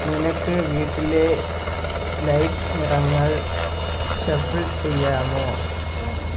നിനക്ക് വീട്ടിലെ ലൈറ്റ് നിറങ്ങൾ ഷഫിൾ ചെയ്യാമോ